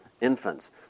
infants